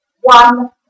One